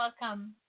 welcome